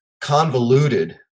convoluted